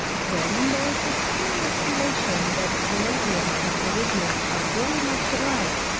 then there is this curious re lation, that palladium and iridium are very much alike,